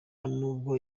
nubwo